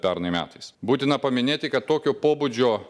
pernai metais būtina paminėti kad tokio pobūdžio